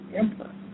emperor